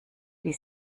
die